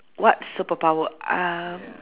what superpower um